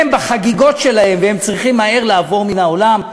הם בחגיגות שלהם והם צריכים מהר לעבור מן העולם.